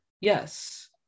yes